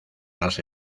las